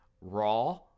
raw